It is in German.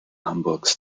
hamburgs